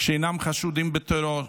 שאינם חשודים בטרור.